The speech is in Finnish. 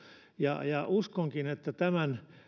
ja ja uskonkin että tämän